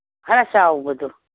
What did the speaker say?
ꯈꯔ ꯆꯥꯎꯕꯗꯣ